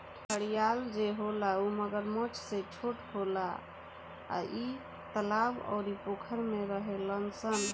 घड़ियाल जे होला उ मगरमच्छ से छोट होला आ इ तालाब अउर पोखरा में रहेले सन